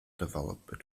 developed